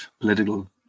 political